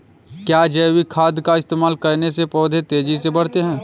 क्या जैविक खाद का इस्तेमाल करने से पौधे तेजी से बढ़ते हैं?